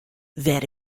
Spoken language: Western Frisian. wêr